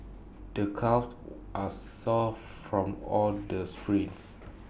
the calves are sore from all the sprints